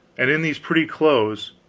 and in these pretty clothes,